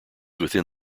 within